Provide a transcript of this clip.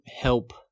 help